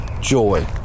joy